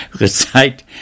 recite